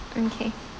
okay